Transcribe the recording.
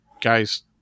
guys